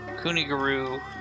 Kuniguru